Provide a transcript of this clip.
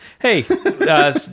Hey